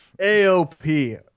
AOP